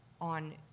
on